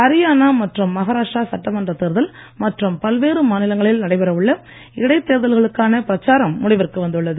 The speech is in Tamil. ஹரியானா மற்றும் மஹாராஷ்டிரா சட்டமன்றத் தேர்தல் மற்றும் பல்வேறு மாநிலங்களில் நடைபெற உள்ள இடைத் தேர்தல்களுக்கான பிரச்சாரம் முடிவிற்கு வந்துள்ளது